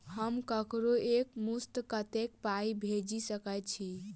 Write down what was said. हम ककरो एक मुस्त कत्तेक पाई भेजि सकय छी?